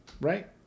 right